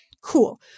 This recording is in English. cool